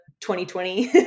2020